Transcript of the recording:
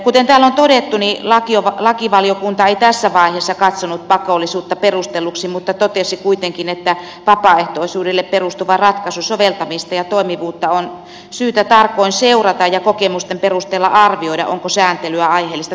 kuten täällä on todettu lakivaliokunta ei tässä vaiheessa katsonut pakollisuutta perustelluksi mutta totesi kuitenkin että vapaaehtoisuudelle perustuvan ratkaisun soveltamista ja toimivuutta on syytä tarkoin seurata ja kokemusten perusteella arvioida onko sääntelyä aiheellista tarkistaa